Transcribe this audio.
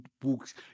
books